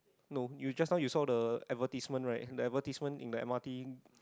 no you just now you saw the advertisement right the advertisement in the m_r_t